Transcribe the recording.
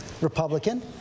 Republican